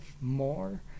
more